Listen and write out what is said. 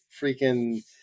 freaking